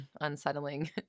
unsettling